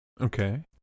okay